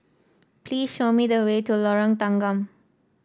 please show me the way to Lorong Tanggam